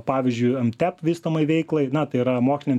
pavyzdžiui mtep vystomai veiklai na tai yra mokslinių